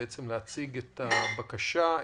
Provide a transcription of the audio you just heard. כדי להציג את הבקשה,